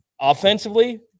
offensively